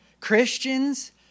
Christians